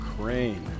Crane